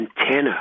antenna